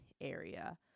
area